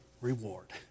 reward